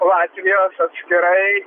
latvijos atskirai